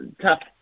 tough